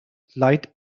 light